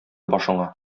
башыңа